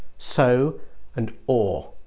so and or.